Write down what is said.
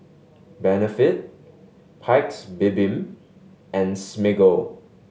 Benefit Paik's Bibim and Smiggle